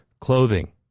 Clothing